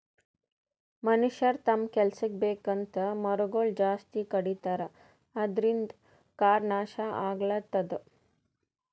ಮನಷ್ಯರ್ ತಮ್ಮ್ ಕೆಲಸಕ್ಕ್ ಬೇಕಂತ್ ಮರಗೊಳ್ ಜಾಸ್ತಿ ಕಡಿತಾರ ಅದ್ರಿನ್ದ್ ಕಾಡ್ ನಾಶ್ ಆಗ್ಲತದ್